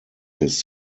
his